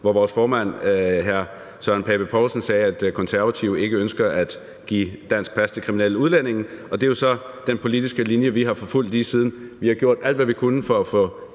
hvor vores formand, hr. Søren Pape Poulsen, sagde, at De Konservative ikke ønsker at give dansk pas til kriminelle udlændinge. Det er jo så den politiske linje, vi har forfulgt lige siden. Vi har gjort alt, hvad vi kunne, for at få